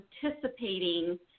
participating